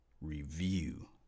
review